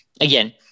again